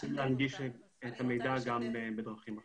להנגיש את המידע גם בדרכים אחרות.